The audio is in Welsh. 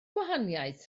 gwahaniaeth